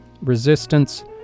resistance